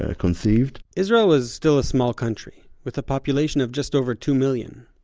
ah conceived israel was still a small country, with a population of just over two million.